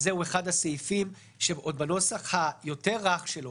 זה אחד הסעיפים שעוד בנוסח היותר רך שלו,